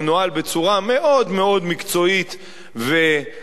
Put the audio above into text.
והוא נוהל בצורה מאוד מאוד מקצועית ואחראית.